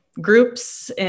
groups